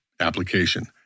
application